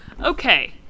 Okay